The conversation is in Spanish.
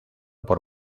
por